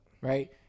right